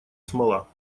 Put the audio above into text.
смола